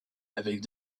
avec